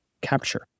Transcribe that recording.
capture